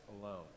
alone